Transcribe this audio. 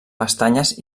pestanyes